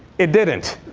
it didn't.